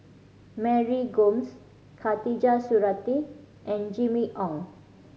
Mary Gomes Khatijah Surattee and Jimmy Ong